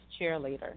cheerleader